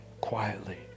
quietly